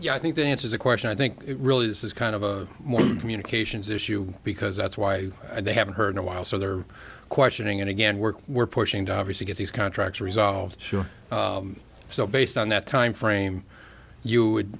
you i think to answer the question i think it really is kind of a more communications issue because that's why they haven't heard in a while so they're questioning and again work we're pushing to obviously get these contracts resolved sure so based on that timeframe you would